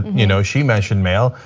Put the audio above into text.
you know she mentioned mail.